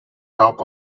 top